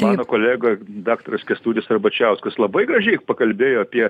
mano kolega daktaras kęstutis arbačiauskas labai gražiai pakalbėjo apie